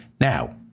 Now